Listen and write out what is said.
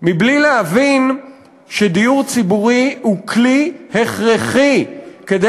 מבלי להבין שדיור ציבורי הוא כלי הכרחי כדי